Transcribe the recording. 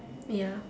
ya